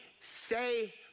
say